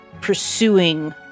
pursuing